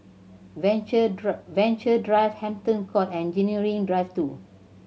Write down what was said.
Venture Venture Drive Hampton Court and Engineering Drive Two